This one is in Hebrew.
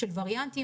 של וריאנטים.